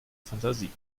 fantasie